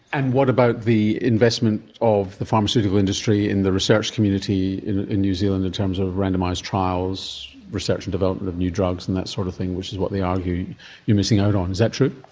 and what about the investment of the pharmaceutical industry in the research community in new zealand in terms of randomised trials, research and development of new drugs and that sort of thing, which is what they argue you're missing out on? is that true?